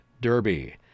Derby